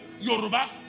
Yoruba